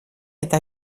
eta